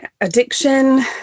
addiction